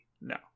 No